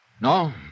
No